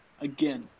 again